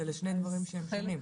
אלה שני דברים שונים.